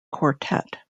quartet